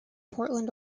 portland